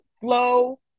flow